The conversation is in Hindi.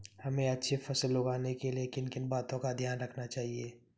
हमें अच्छी फसल उगाने में किन किन बातों का ध्यान रखना चाहिए?